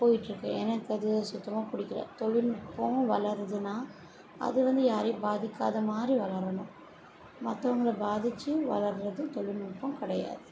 போயிகிட்ருக்கு எனக்கு அது சுத்தமாக பிடிக்கல தொழில்நுட்பம் வளருதுன்னால் அது வந்து யாரையும் பாதிக்காத மாதிரி வளரணும் மத்தவங்களை பாதித்து வளர்றது தொழில்நுட்பம் கிடையாது